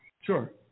Sure